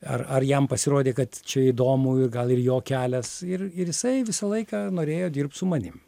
ar ar jam pasirodė kad čia įdomu ir gal ir jo kelias ir ir jisai visą laiką norėjo dirbt su manim